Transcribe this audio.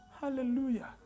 Hallelujah